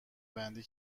بندی